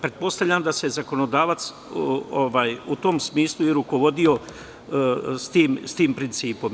Pretpostavljam da se zakonodavac u tom smislu i rukovodio, s tim principom.